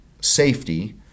safety